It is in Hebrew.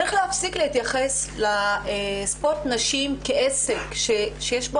צריך להפסיק להתייחס לספורט נשים כעסק שיש בו